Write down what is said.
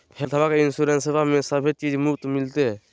हेल्थबा के इंसोरेंसबा में सभे चीज मुफ्त मिलते?